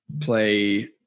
Play